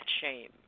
shame